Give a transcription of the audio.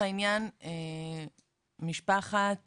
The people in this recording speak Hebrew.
אני גם אציין נקודה שבה ילדים ובני נוער נחשפים